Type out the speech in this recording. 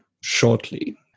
shortly